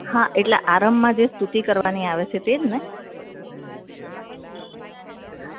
હા એટલે આરંભમાં જે સ્તુતી કરવાની આવે છે તે જ ને